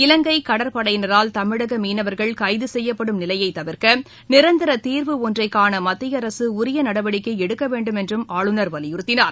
இலங்கை கடற்படையினரால் தமிழக மீனவர்கள் கைது செய்யப்படும் நிலையை தவிர்க்க நிரந்தர தீர்வு ஒன்றைக்காண மத்திய அரசு உரிய நடவடிக்கை எடுக்க வேண்டும் என்றும் ஆளுநர் வலியுறுத்தினார்